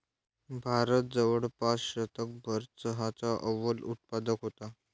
भारत जवळपास शतकभर चहाचा अव्वल उत्पादक होता